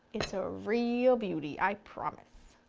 it's a real beauty, i promise.